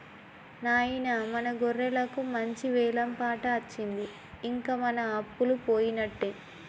నాయిన మన గొర్రెలకు మంచి వెలం పాట అచ్చింది ఇంక మన అప్పలు పోయినట్టే